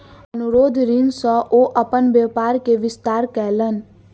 अनुरोध ऋण सॅ ओ अपन व्यापार के विस्तार कयलैन